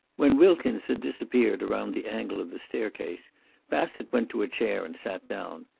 when wilkins had disappeared around the angle of the staircase bassett went to a chair and sat down.